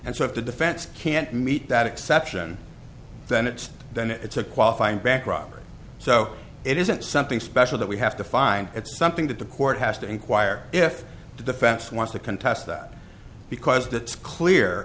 and so if the defense can't meet that exception then it's then it's a qualifying back robert so it isn't something special that we have to find it's something that the court has to inquire if the defense wants to contest that because that's clear